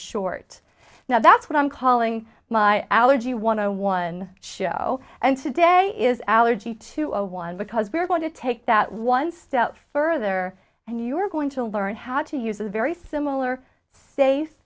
short now that's what i'm calling my allergy one on one show and today is allergy to a one because we're going to take that one step further and you're going to learn how to use a very similar s